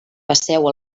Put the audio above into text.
passeu